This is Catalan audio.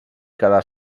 quedar